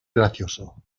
gracioso